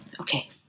Okay